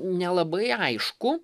nelabai aišku